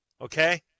okay